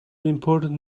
important